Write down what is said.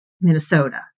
Minnesota